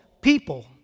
people